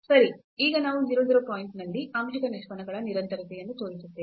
ಸರಿ ಈಗ ನಾವು 0 0 ಪಾಯಿಂಟ್ನಲ್ಲಿ ಆಂಶಿಕ ನಿಷ್ಪನ್ನಗಳ ನಿರಂತರತೆಯನ್ನು ತೋರಿಸುತ್ತೇವೆ